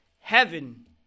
Heaven